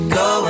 go